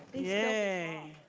yay.